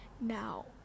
Now